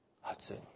Hudson